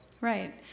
Right